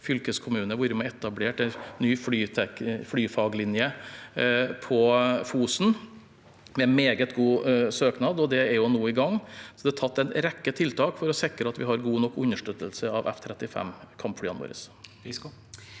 på å etablere en flyfaglinje på Fosen, med meget god søkning, og det er nå i gang. Det er gjort en rekke tiltak for å sikre at vi har god nok understøttelse av F35-kampflyene våre.